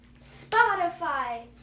Spotify